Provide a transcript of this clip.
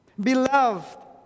Beloved